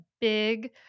big